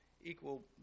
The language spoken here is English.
equal